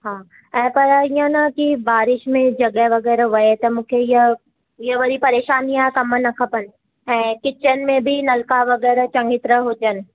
हा ऐं पर हीअं न की बारीश में जॻह वग़ैरह वए त मूंखे इयं इहो वरी परेशानी आहे कमु न खपेनि ऐं किचन में बि नल्का वग़ैरह चंङी तरह हुजनि